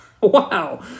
Wow